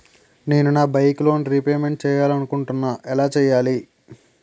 నేను నా bike loan repayment చేయాలనుకుంటున్నా ఎలా చేయాలి?